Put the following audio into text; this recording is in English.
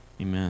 Amen